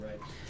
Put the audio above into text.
right